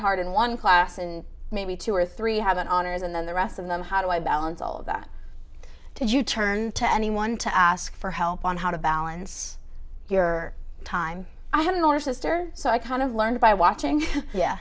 hard in one class and maybe two or three have an honors and then the rest of them how do i balance all of that did you turn to anyone to ask for help on how to balance your time i had an older sister so i kind of learned by watching